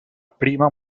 prima